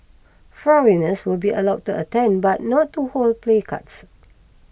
foreigners will be allowed to attend but not to hold placards